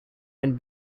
and